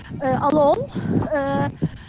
alone